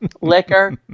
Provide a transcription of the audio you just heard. Liquor